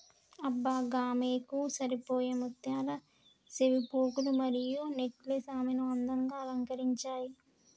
అబ్బ గామెకు సరిపోయే ముత్యాల సెవిపోగులు మరియు నెక్లెస్ ఆమెను అందంగా అలంకరించాయి